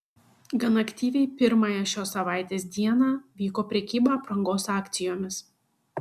gan aktyviai pirmąją šios savaitės dieną vyko prekyba aprangos akcijomis